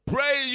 Pray